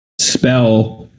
SPELL